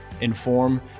inform